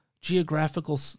geographical